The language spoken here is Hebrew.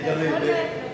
אתה יכול להוציא אותם?